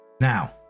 now